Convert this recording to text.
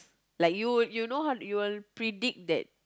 like you you know how you will predict that